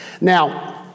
Now